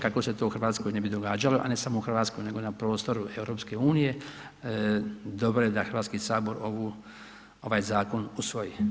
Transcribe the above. Kako se to u Hrvatskoj ne bi događalo a ne samo u Hrvatskoj nego i na prostoru EU dobro je da Hrvatski sabor ovaj zakon usvoji.